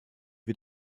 wir